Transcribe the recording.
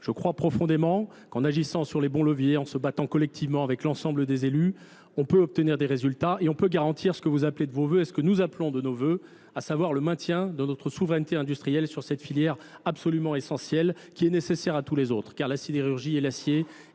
Je crois profondément qu'en agissant sur les bons leviers, en se battant collectivement avec l'ensemble des élus, on peut obtenir des résultats et on peut garantir ce que vous appelez de vos vœux et ce que nous appelons de nos vœux, à savoir le maintien de notre souveraineté industrielle sur cette filière absolument essentielle, qui est nécessaire à tous les autres, car l'acidérurgie et l'acier